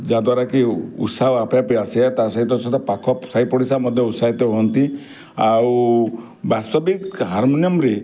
ଯା ଦ୍ୱାରା କି ଉତ୍ସାହ ଆପେ ଆପେ ଆସିଯାଏ ତା ସହିତ ସହିତ ପାଖ ସାଇପଡ଼ିଶା ମଧ୍ୟ ଉତ୍ସାହିତ ହୁଅନ୍ତି ଆଉ ବାସ୍ତବିକ ହାରମୋନିୟମ୍ରେ